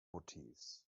motifs